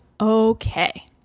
okay